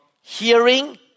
hearing